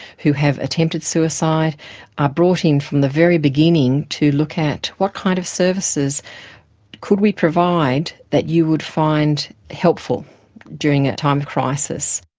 who have attempted suicide are brought in from the very beginning to look at what kind of services could we provide that you would find helpful during a time of crisis.